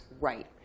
Right